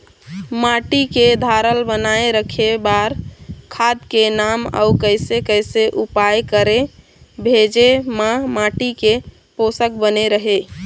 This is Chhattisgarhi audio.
माटी के धारल बनाए रखे बार खाद के नाम अउ कैसे कैसे उपाय करें भेजे मा माटी के पोषक बने रहे?